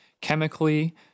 chemically